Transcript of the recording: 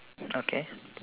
okay